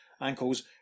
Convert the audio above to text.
ankles